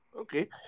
Okay